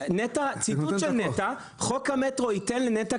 ציטוט של נת"ע: חוק המטרו ייתן לנת"ע